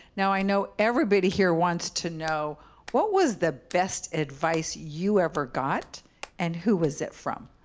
now, i know everybody here wants to know what was the best advice you ever got and who was it from?